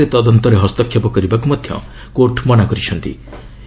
ତାଙ୍କ ବିରୁଦ୍ଧରେ ତଦନ୍ତରେ ହସ୍ତକ୍ଷେପ କରିବାକୁ ମଧ୍ୟ କୋର୍ଟ ମନା କରିଛନ୍ତି